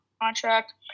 contract